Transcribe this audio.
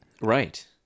Right